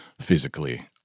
physically